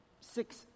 six